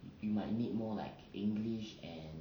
you might need more like english and